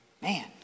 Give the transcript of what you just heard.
Man